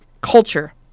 culture